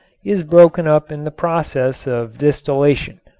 is broken up in the process of distillation.